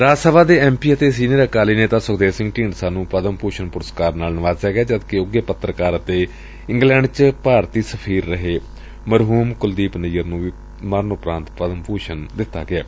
ਰਾਜ ਸਭਾ ਦੇ ਐਮ ਪੀ ਅਤੇ ਸੀਨੀਅਰ ਅਕਾਲੀ ਨੇਤਾ ਸੁਖਦੇਵ ਸਿੰਘ ਢੀਂਡਸਾ ਨੁੰ ਪਦਮ ਭੁਸ਼ਣ ਪੁਰਸਕਾਰ ਨਾਲ ਨਿਵਾਜਿਆ ਗਿਐ ਜਦ ਕਿ ਉਘੇ ਪੱਤਰਕਾਰ ਅਤੇ ਇੰਗਲੈਂਡ ਚ ਭਾਰਤੀ ਸਫ਼ੀਰ ਰਹੇ ਮਰਹੁਮ ਕੁਲਦੀਪ ਨਈਅਰ ਨੂੰ ਵੀ ਮਰਨ ਉਪਰਾਂਤ ਪਦਮ ਭੂਸ਼ਣ ਦਿੱਤਾ ਗਿਐ